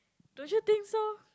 don't you think so